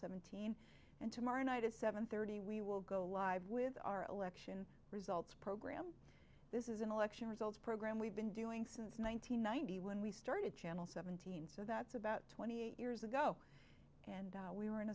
seventeen and tomorrow night at seven thirty we will go live with our election results program this is an election results program we've been doing since one nine hundred ninety when we started channel seventeen so that's about twenty eight years ago and we were in